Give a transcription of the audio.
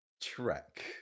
track